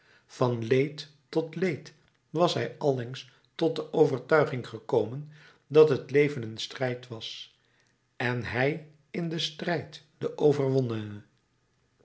van leed tot leed was hij allengs tot de overtuiging gekomen dat het leven een strijd was en hij in den strijd de overwonnene